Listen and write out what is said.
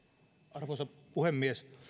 arvoisa puhemies